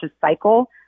cycle